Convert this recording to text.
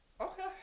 Okay